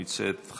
אדוני היושב-ראש,